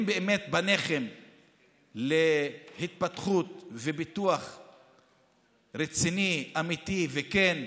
אם באמת פניכם להתפתחות ופיתוח רציני, אמיתי וכן,